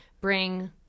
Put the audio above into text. bring